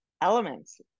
elements